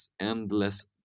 endless